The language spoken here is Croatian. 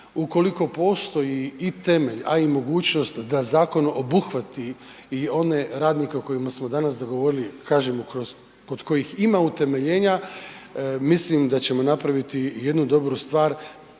ukoliko postoji i temelj, a i mogućnost da zakon obuhvati i one radnike o kojima smo danas govorili, kažem, kod kojih ima utemeljenja, mislim da ćemo napraviti jednu dobru stvar